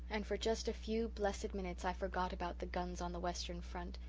and for just a few blessed minutes i forgot about the guns on the western front,